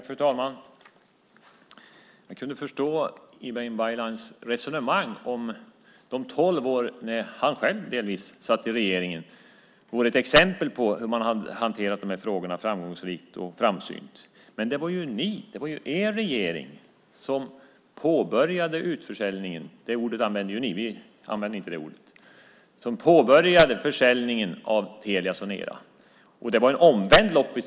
Fru talman! Jag skulle kunna förstå Ibrahim Baylans resonemang om det som gjordes under de tolv år då han själv delvis satt i regeringen var ett exempel på en framgångsrik och framsynt hantering av de här frågorna. Det var ju er regering som påbörjade försäljningen - ni säger "utförsäljning"; vi använder inte det ordet - av Telia Sonera. Det var en omvänd loppis.